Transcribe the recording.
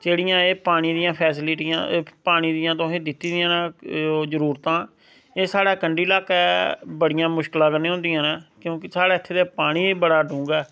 जेहड़ियां एह् पानी दियां फैसिलिटियां पानी दियां तुहें दित्ती दियां न जरूरतां एह् स्हाड़ै कंडी लाह्कै बड़ियां मुश्कला कन्नै हुंदियां नै क्योंकि स्हाड़ै इत्थे ते पानी बड़ी डूंहगा